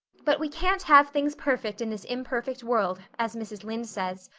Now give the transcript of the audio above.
but we can't have things perfect in this imperfect world, as mrs. lynde says.